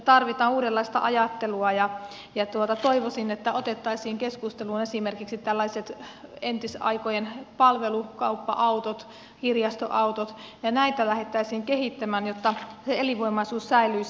tarvitaan uudenlaista ajattelua ja toivoisin että otettaisiin keskusteluun esimerkiksi tällaiset entisaikojen palvelukauppa autot kirjastoautot ja näitä lähdettäisiin kehittämään jotta se elinvoimaisuus säilyisi